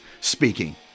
speaking